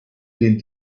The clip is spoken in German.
den